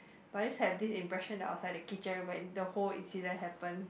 but I just have this impression that I was at the kitchen when the whole incident happen